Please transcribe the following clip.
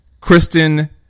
Kristen